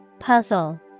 Puzzle